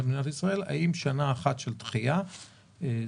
האם שנה אחת של דחייה תספיק?